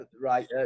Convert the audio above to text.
Right